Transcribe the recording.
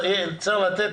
צריך לתת